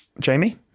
Jamie